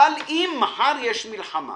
אבל אם מחר יש מלחמה